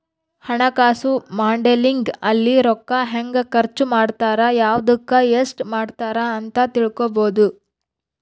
ಹಣಕಾಸು ಮಾಡೆಲಿಂಗ್ ಅಲ್ಲಿ ರೂಕ್ಕ ಹೆಂಗ ಖರ್ಚ ಮಾಡ್ತಾರ ಯವ್ದುಕ್ ಎಸ್ಟ ಮಾಡ್ತಾರ ಅಂತ ತಿಳ್ಕೊಬೊದು